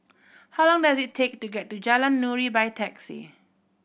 how long does it take to get to Jalan Nuri by taxi